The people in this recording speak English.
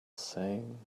thing